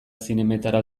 zinemetara